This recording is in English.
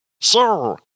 Sir